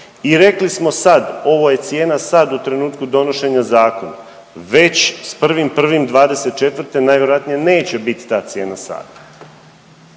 I rekli smo sad ovo je cijena sad u trenutku donošenja zakona. Već s 1.1.2024. najvjerojatnije neće biti ta cijena sata.